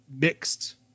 mixed